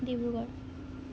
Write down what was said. Dibrugarh